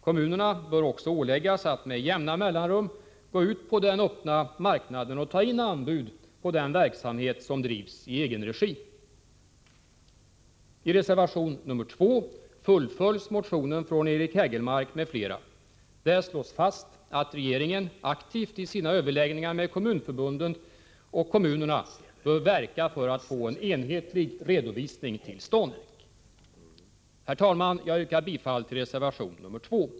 Kommunerna bör också åläggas att med jämna mellanrum gå ut på den öppna marknaden och ta in anbud på den verksamhet som drivs i egenregi. I reservation nr 2 fullföljs motionen från Eric Hägelmark m.fl. Där slås fast att regeringen i sina överläggningar med kommunförbunden och kommunerna aktivt bör verka för att få en enhetlig redovisning till stånd. Herr talman! Jag yrkar bifall till reservation nr 2.